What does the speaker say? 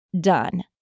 done